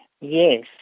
Yes